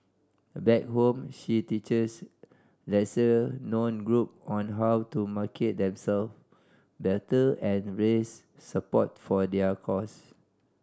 back home she teaches lesser known group on how to market themselves better and raise support for their cause